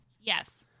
Yes